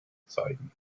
zeigen